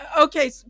Okay